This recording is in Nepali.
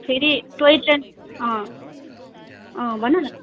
फेरि टोय ट्रेन भन न्